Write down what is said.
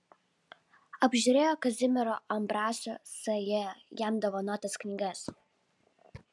apžiūrėjo kazimiero ambraso sj jam dovanotas knygas